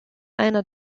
einer